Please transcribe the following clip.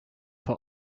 for